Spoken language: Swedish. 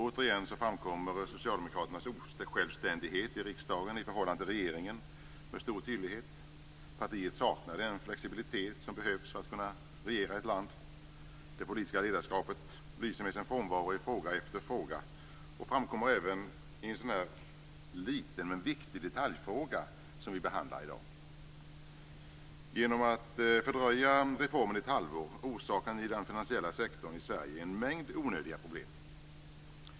Återigen framkommer med stor tydlighet socialdemokraternas osjälvständighet i riksdagen i förhållande till regeringen. Partiet saknar den flexibilitet som behövs för att kunna regera ett land. Det politiska ledarskapet lyser med sin frånvaro i fråga efter fråga och framkommer även i en så liten, men viktig, detaljfråga som den vi i dag behandlar. Genom att fördröja reformen ett halvår orsakar ni den finansiella sektorn i Sverige en mängd onödiga problem.